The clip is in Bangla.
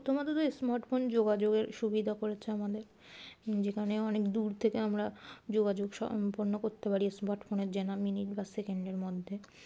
প্রথমত তো স্মার্টফোন যোগাযোগের সুবিধা করেছে আমাদের যেখানে অনেক দূর থেকে আমরা যোগাযোগ সম্পন্ন করতে পারি স্মার্টফোনের যেন মিনিট বা সেকেন্ডের মধ্যে